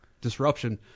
disruption